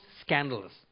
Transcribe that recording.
scandalous